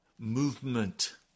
movement